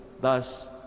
Thus